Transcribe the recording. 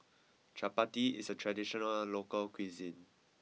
Chapati is a traditional local cuisine